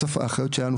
בסוף האחריות שלנו,